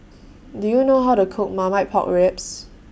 Do YOU know How to Cook Marmite Pork Ribs